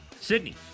Sydney